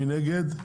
מי נגד?